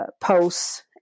posts